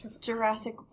Jurassic